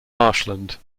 marshland